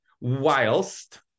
Whilst